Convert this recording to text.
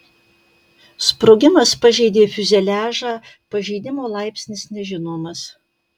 sprogimas pažeidė fiuzeliažą pažeidimo laipsnis nežinomas